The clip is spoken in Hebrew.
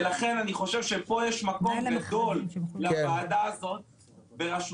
לכן אני חושב שפה יש מקום גדול לוועדה הזאת בראשותך,